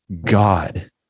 God